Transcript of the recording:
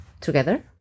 together